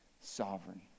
sovereign